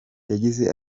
yagize